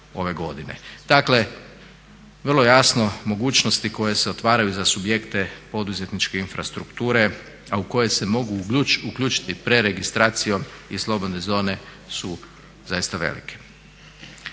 Dakle vrlo jasno, mogućnosti koje se otvaraju za subjekte poduzetničke infrastrukture, a u koje se mogu uključiti preregistracijom i slobodne zone su zaista velike.